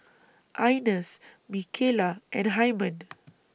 Ines Micaela and Hyman